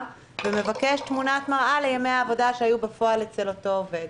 ומבקש תמונת מראה לימי העבודה שהיו בפועל אצל אותו עובד.